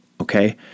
Okay